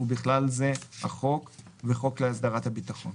ובכלל זה החוק וחוק להסדרת הביטחון.